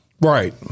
Right